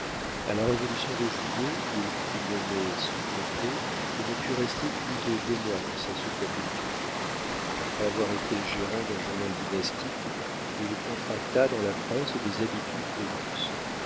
a la révolution de juillet il fut nommé sous-préfet et ne put rester plus de deux mois dans sa sous-préfecture après avoir été gérant d'un journal dynastique il contracta dans la presse des habitudes de luxe